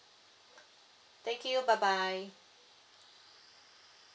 thank you bye bye